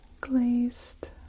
glazed